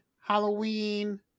Halloween